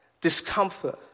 discomfort